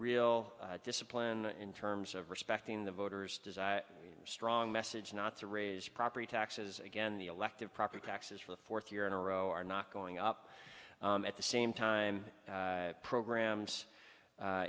real discipline in terms of respecting the voters desire a strong message not to raise property taxes again the elective property taxes for the fourth year in a row are not going up at the same time programs